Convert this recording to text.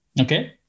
Okay